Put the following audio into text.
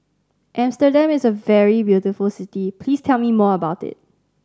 Amsterdam is a very beautiful city please tell me more about it